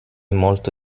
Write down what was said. molto